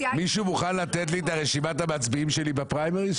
מישהו מוכן לתת לי את רשימת המצביעים שלי בפריימריס?